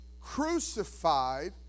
crucified